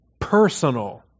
personal